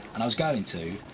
and i was going to,